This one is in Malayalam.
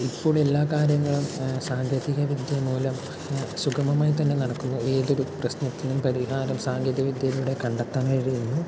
ഇപ്പോൾ എല്ലാ കാര്യങ്ങളും സാങ്കേതികവിദ്യ മൂലം സുഗമമായി തന്നെ നടക്കുന്നു ഏതൊരു പ്രശ്നത്തിനും പരിഹാരം സാങ്കേതികവിദ്യയിലൂടെ കണ്ടെത്താൻ കഴിയുന്നു